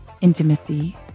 intimacy